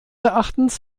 erachtens